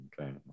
okay